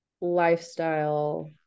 lifestyle